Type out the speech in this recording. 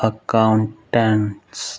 accountants